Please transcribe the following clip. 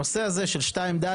הנושא הזה של 2(ד)